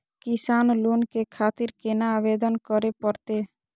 किसान लोन के खातिर केना आवेदन करें परतें?